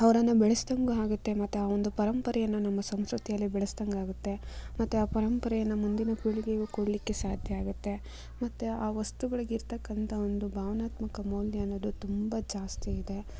ಅವರನ್ನು ಬೆಳೆಸಿದಂಗಾಗುತ್ತೆ ಮತ್ತೆ ಆ ಒಂದು ಪರಂಪರೆಯನ್ನು ನಮ್ಮ ಸಂಸ್ಕೃತಿಯಲ್ಲಿ ಬೆಳೆಸಿದಂಗಾಗುತ್ತೆ ಮತ್ತು ಆ ಪರಂಪರೆಯನ್ನು ಮುಂದಿನ ಪೀಳಿಗೆಗು ಕೊಡಲಿಕ್ಕೆ ಸಾಧ್ಯ ಆಗುತ್ತೆ ಮತ್ತೆ ಆ ವಸ್ತುಗಳಿಗಿರ್ತಕ್ಕಂಥ ಒಂದು ಭಾವನಾತ್ಮಕ ಮೌಲ್ಯ ಅನ್ನೋದು ತುಂಬ ಜಾಸ್ತಿ ಇದೆ